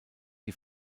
die